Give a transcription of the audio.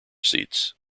seats